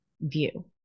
view